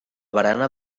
barana